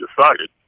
decided